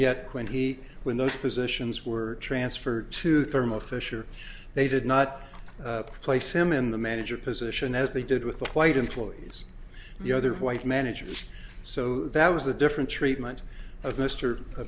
yet when he when those positions were ransford to thermo fisher they did not place him in the manager position as they did with the white employees the other white managers so that was a different treatment of mr a